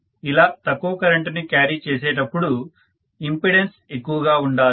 ఇలా తక్కువ కరెంటును క్యారీ చేసేటపుడు ఇంపెడెన్స్ ఎక్కువగా ఉండాలి